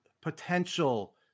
potential